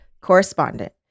correspondent